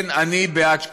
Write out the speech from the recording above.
כן, אני בעד שקיפות,